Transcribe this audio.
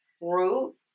root